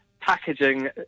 packaging